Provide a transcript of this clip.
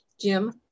Jim